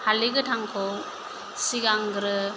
हालदै गोथांखौ सिगांग्रो